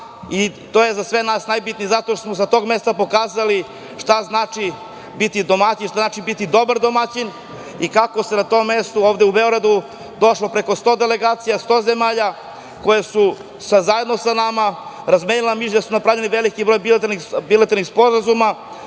i to je za sve nas najbitnije, zato što smo sa tog mesta pokazali šta znači biti domaćin, šta znači biti dobar domaćin i kako je na tom mestu ovde u Beogradu došlo preko 100 delegacija 100 zemalja koje su zajedno sa nama razmenili mišljenja, da su napravljeni veliki broj bilateralnih sporazuma